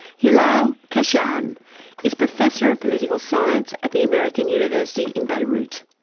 hilal khashan is professor of political science at the american university in beirut.